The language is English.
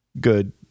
good